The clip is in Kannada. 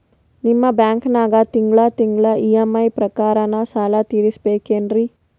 ನಿಮ್ಮ ಬ್ಯಾಂಕನಾಗ ತಿಂಗಳ ತಿಂಗಳ ಇ.ಎಂ.ಐ ಪ್ರಕಾರನ ಸಾಲ ತೀರಿಸಬೇಕೆನ್ರೀ?